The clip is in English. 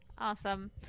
Awesome